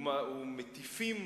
ומטיפים